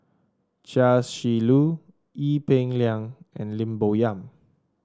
Chia Shi Lu Ee Peng Liang and Lim Bo Yam